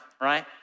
Right